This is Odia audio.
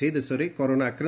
ସେ ଦେଶରେ କରୋନା ଆକ୍